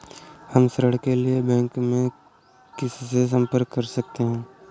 हम ऋण के लिए बैंक में किससे संपर्क कर सकते हैं?